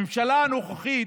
הממשלה הנוכחית